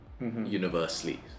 universally